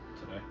today